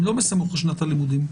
הם לא בסמוך לשנת הלימודים.